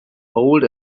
old